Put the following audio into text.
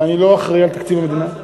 ואני לא אחראי לתקציב המדינה,